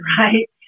right